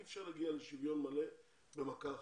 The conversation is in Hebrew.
אי אפשר להגיע לשוויון מלא במכה אחת.